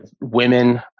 women